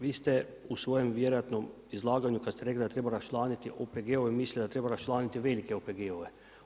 Vi ste u svojim vjerojatno izlaganju kad ste rekli da treba raščlaniti OPG-ove mislili da treba raščlaniti velike OPG-ove.